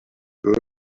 girl